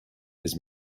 his